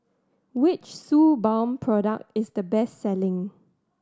which Suu Balm product is the best selling